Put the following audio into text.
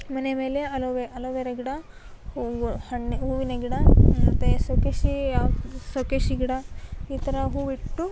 ಮನೆಯ ಮೇಲೆ ಅಲೋವೆ ಅಲೋವೆರ ಗಿಡ ಹೂವು ಹಣ್ಣು ಹೂವಿನ ಗಿಡ ಮತ್ತೆ ಶೋ ಕೇಶಿ ಶೋ ಕೇಶಿ ಗಿಡ ಈ ಥರ ಹೂವಿಟ್ಟು